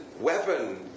weapon